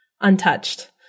untouched